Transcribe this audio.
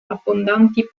abbondanti